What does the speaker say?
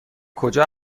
کجا